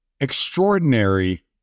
extraordinary